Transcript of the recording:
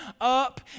up